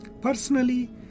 Personally